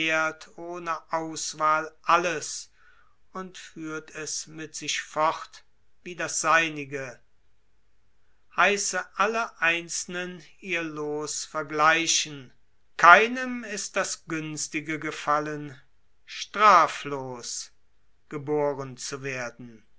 ohne auswahl alles und führt er mit sich fort wie das seinige heiße alle einzelnen ihr loos vergleichen keinem ist das günstige gefallen straflos geborgen zu werden